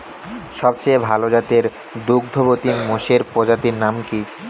সবচেয়ে ভাল জাতের দুগ্ধবতী মোষের প্রজাতির নাম কি?